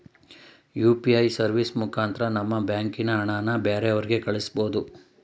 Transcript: UPA service ಮುಖಾಂತರ ನಮ್ಮ ಬ್ಯಾಂಕಿನ ಹಣನ ಬ್ಯಾರೆವ್ರಿಗೆ ಕಳಿಸ್ಬೋದು